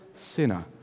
sinner